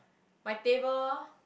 my table